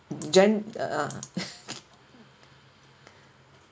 jen uh ah